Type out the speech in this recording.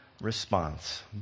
response